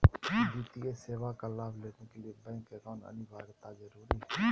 वित्तीय सेवा का लाभ लेने के लिए बैंक अकाउंट अनिवार्यता जरूरी है?